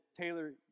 Taylor